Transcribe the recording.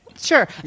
Sure